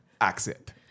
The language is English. accent